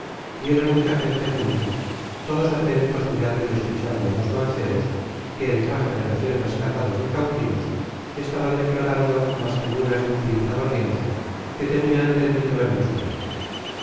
vieron mucha gente junta todos atentos mirando y escuchando á dos mancebos que en traje de recien rescatados de cautivos estaban declarando las figuras de un pintado lienzo que tenian tendido en el suelo